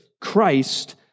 Christ